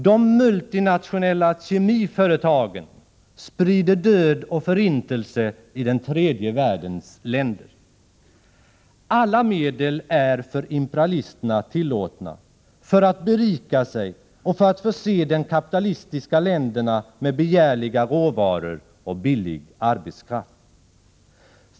De multinationella kemiföretagen sprider död och förintelse i tredje världens länder. Alla medel är för imperialisterna tillåtna för att berika sig och för att förse de kapitalistiska länderna med begärliga råvaror och billig arbetskraft.